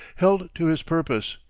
held to his purpose,